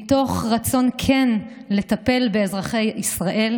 מתוך רצון כן לטפל באזרחי ישראל?